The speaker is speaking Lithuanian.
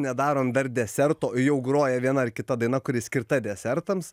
nedarom dar deserto o jau groja viena ar kita daina kuri skirta desertams